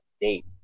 date